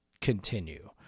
continue